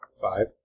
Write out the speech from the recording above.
Five